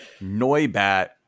Noibat